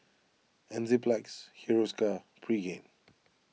Enzyplex Hiruscar Pregain